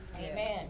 Amen